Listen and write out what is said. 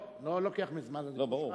אני לא לוקח מזמן הדיבור שלך.